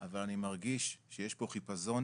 אבל אני מרגיש שיש פה חיפזון